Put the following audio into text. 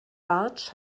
bartsch